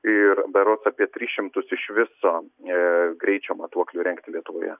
ir berods apietris šimtus iš viso a greičio matuoklių įrengti lietuvoje